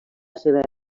seva